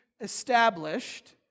established